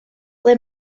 ble